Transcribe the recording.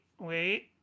wait